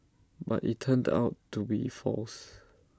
but IT turned out to be false